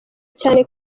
cyane